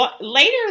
Later